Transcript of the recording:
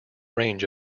range